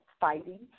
fighting